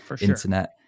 internet